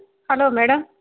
hello madam